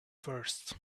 first